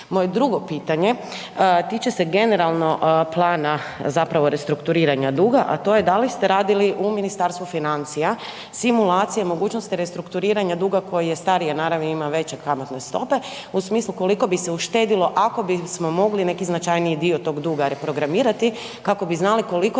Moje drugo pitanje tiče se generalno plana zapravo restrukturiranja duga, a to je da li ste radili u Ministarstvu financija simulacije mogućnosti restrukturiranja duga koji je starije naravi i ima veće kamatne stope, u smislu koliko bi se uštedilo ako bismo mogli neki značajniji dio tog duga reprogramirati kako bi znali koliko